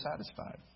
satisfied